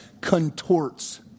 contorts